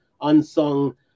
unsung